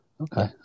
Okay